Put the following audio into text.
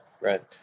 Right